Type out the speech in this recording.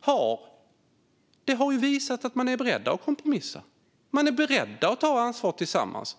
har alltså visat att man är beredd att kompromissa. Man är beredd att ta ansvar tillsammans.